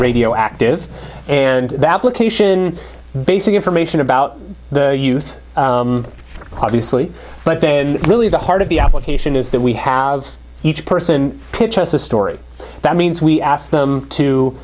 radio active and that location basing information about the youth obviously but then really the heart of the application is that we have each person pitch us a story that means we ask them to